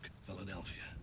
Philadelphia